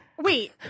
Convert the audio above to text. wait